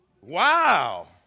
Wow